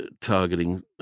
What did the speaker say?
targeting